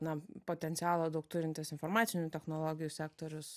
na potencialo daug turintis informacinių technologijų sektorius